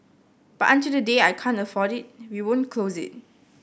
but until the day I can't afford it we won't close it